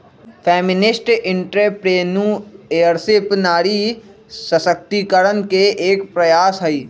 feminist entrepreneurship नारी सशक्तिकरण के एक प्रयास हई